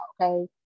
okay